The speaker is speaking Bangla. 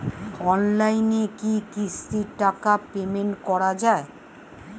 অনলাইনে কি কিস্তির টাকা পেমেন্ট করা যায়?